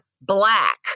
black